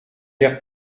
l’air